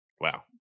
Wow